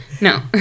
No